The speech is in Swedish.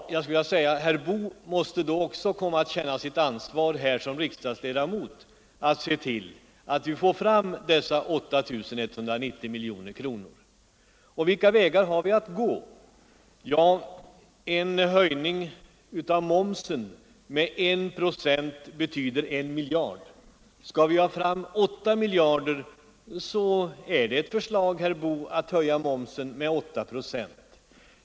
Men herr Boo måste då också känna sitt ansvar som riksdagsledamot och se till att vi får fram dessa 8 190 miljoner kronor. Vilka vägar har vi då att gå? En höjning av momsen med 1 96 betyder 1 miljard kronor. Skall vi ha fram 8 miljarder, kan ett förslag vara, herr Boo, att höja momsen med 8 96!